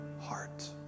heart